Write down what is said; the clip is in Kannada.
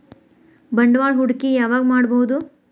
ಬಂಡವಾಳ ಹೂಡಕಿ ಯಾವಾಗ್ ಮಾಡ್ಬಹುದು?